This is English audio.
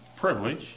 privilege